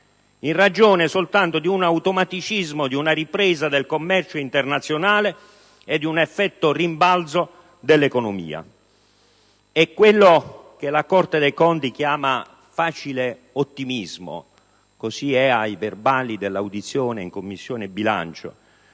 in ragione di un automatismo di una ripresa del commercio internazionale e di un effetto rimbalzo dell'economia. È quello che la Corte dei conti chiama «facile ottimismo», come risulta dai verbali dell'audizione in Commissione bilancio.